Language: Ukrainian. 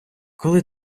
коли